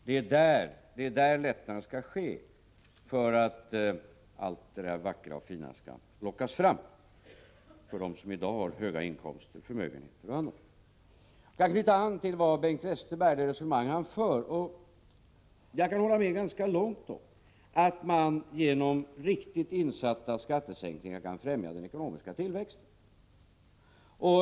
Det är där lättnaden skall komma för att allt det vackra och fina för dem som i dag har höga inkomster, förmögenheter osv. skall lockas fram. Jag skall också knyta an till det resonemang som Bengt Westerberg för och som jag ganska långt kan instämma i. Han sade att man genom riktigt insatta skattesänkningar kan främja den ekonomiska tillväxten.